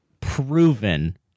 proven